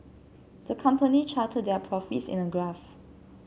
the company charted their profits in a graph